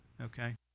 Okay